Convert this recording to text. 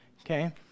okay